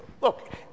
look